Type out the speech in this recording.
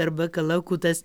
arba kalakutas